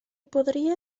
podría